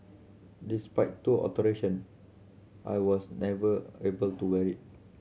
despite two alteration I was never able to wear it